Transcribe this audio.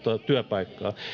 työpaikkaa